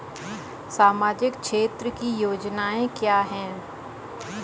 सामाजिक क्षेत्र की योजनाएं क्या हैं?